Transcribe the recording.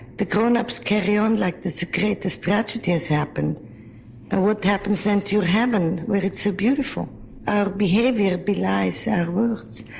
the grownups carry on like the greatest tragedy has happened. and what happens then to heaven, where it's so beautiful. our behaviour belies our moods.